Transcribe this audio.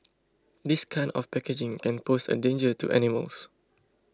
this kind of packaging can pose a danger to animals